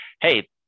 hey